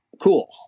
cool